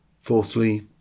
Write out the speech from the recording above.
Fourthly